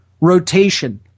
rotation